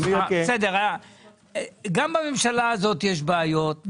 גם בממשלה הזאת יש בעיות,